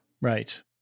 Right